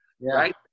right